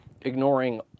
ignoring